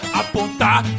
apontar